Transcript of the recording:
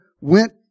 went